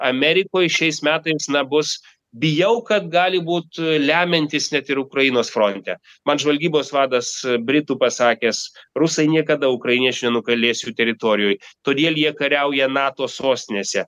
amerikoj šiais metais na bus bijau kad gali būt lemiantis net ir ukrainos fronte man žvalgybos vadas britų pasakęs rusai niekada ukrainiečių nugalės jų teritorijoj todėl jie kariauja nato sostinėse